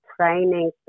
training